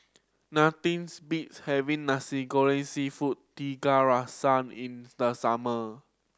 nothings beats having Nasi Goreng Seafood Tiga Rasa in the summer